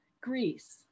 Greece